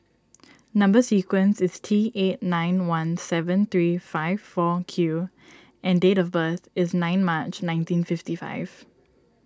Number Sequence is T eight nine one seven three five four Q and date of birth is nine March nineteen fifty five